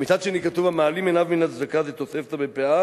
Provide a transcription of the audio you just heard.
מצד שני כתוב: "המעלים עיניו מן הצדקה" זה תוספתא בפאה,